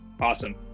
Awesome